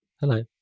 Hello